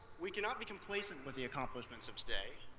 we cannot be complacent with the accomplishments of today.